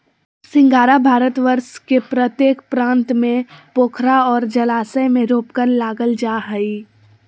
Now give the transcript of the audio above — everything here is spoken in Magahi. सिंघाड़ा भारतवर्ष के प्रत्येक प्रांत में पोखरा और जलाशय में रोपकर लागल जा हइ